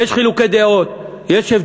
יש חילוקי דעות,